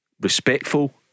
respectful